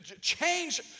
Change